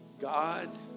God